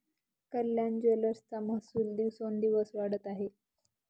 कल्याण ज्वेलर्सचा महसूल दिवसोंदिवस वाढत आहे